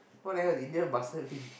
what the hell is Indian bastard bitch